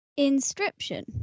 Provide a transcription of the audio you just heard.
inscription